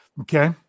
Okay